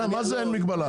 נכון,